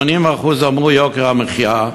80% אמרו יוקר המחיה,